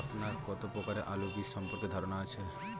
আপনার কত প্রকারের আলু বীজ সম্পর্কে ধারনা আছে?